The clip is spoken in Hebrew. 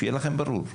שיהיה לכם ברור.